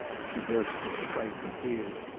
she burst into frightened tears.